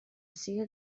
siga